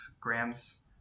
grams